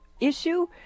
issue